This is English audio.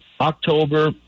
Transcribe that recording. October